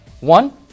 One